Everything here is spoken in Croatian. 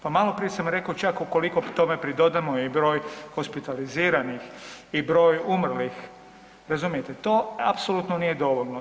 Pa maloprije sam rekao čak ukoliko tome pridodamo i broj hospitaliziranih i broj umrlih, razumijete, to apsolutno nije dovoljno.